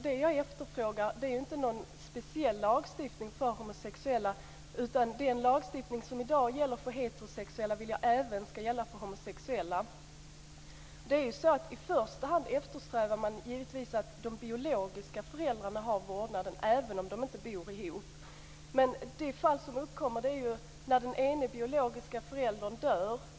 Det jag efterfrågar är inte någon speciell lagstiftning för homosexuella utan jag vill att den lagstiftning som i dag gäller för heterosexuella även ska gälla för homosexuella. I första hand eftersträvar man givetvis att de biologiska föräldrarna har vårdnaden även om de inte bor ihop. Men de fall som uppkommer är ju när den ene biologiske föräldern dör.